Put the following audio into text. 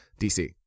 DC